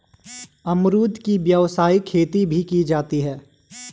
अमरुद की व्यावसायिक खेती भी की जाती है